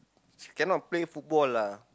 cannot play football lah